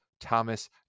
thomas